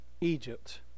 Egypt